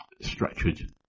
structured